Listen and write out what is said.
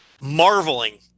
marveling